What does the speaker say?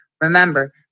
remember